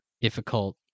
difficult